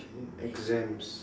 exams